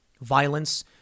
Violence